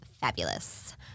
fabulous